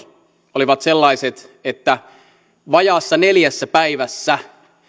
olivat sellaiset että vajaassa neljässä päivässä